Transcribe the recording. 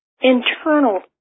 internal